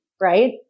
right